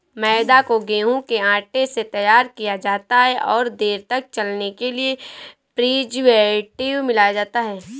मैदा को गेंहूँ के आटे से तैयार किया जाता है और देर तक चलने के लिए प्रीजर्वेटिव मिलाया जाता है